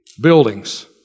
buildings